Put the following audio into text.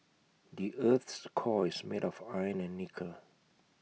the Earth's core is made of iron and nickel